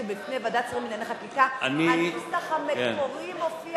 שבפני ועדת שרים לענייני חקיקה הנוסח המקורי מופיע